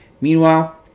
Meanwhile